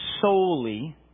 solely